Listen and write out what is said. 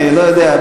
אני לא יודע,